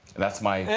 that's my